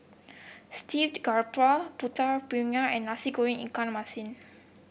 Steamed Garoupa Putu Piring and Nasi Goreng Ikan Masin